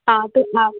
हाँ तो हाँ